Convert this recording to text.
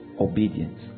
obedience